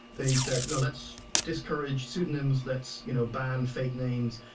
they said, no, let's discourage pseudonyms. let's you know band fake names,